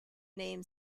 name